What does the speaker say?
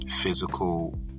physical